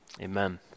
Amen